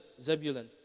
Zebulun